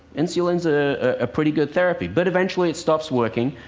insulin's a ah pretty good therapy. but eventually it stops working,